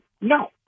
No